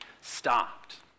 stopped